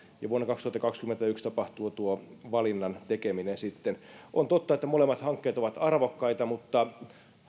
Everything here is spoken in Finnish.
ja vuonna kaksituhattakaksikymmentäyksi tapahtuu valinnan tekeminen sitten on totta että molemmat hankkeet ovat arvokkaita mutta